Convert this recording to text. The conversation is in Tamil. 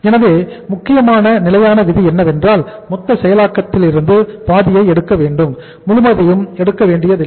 எனவே முக்கியமான நிலையான விதி என்னவென்றால் மொத்த செயலாக்க செலவிலிருந்து பாதியை எடுக்க வேண்டும் முழுவதையும் எடுக்க வேண்டியதில்லை